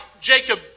Jacob